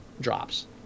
drops